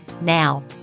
Now